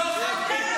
הוא לא חף מפשע.